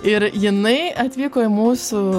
ir jinai atvyko į mūsų